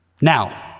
Now